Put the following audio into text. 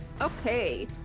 Okay